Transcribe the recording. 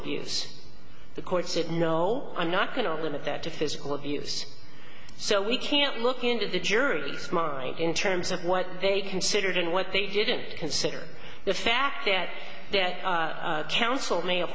abuse the court said no i'm not going to limit that to physical abuse so we can't look into the jury's mind in terms of what they considered and what they didn't consider the fact that th